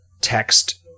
text